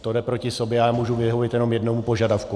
To jde proti sobě a já můžu vyhovět jenom jednomu požadavku.